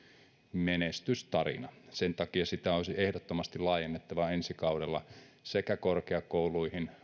menestystarina sen takia sitä olisi ehdottomasti laajennettava ensi kaudella sekä korkeakouluihin